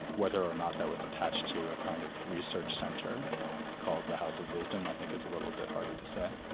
whether or not that was attached to a kind of research centre called the house of wisdom, i think it's a little bit harder to say.